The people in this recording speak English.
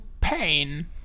pain